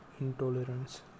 intolerance